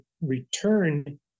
return